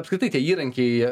apskritai tie įrankiai